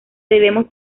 debemos